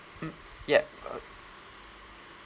mm yup